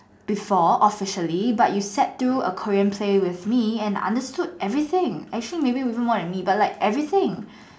before officially but you sat through a Korean play with me and understood everything actually maybe even more than me but everything